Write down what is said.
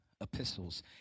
epistles